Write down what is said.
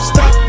Stop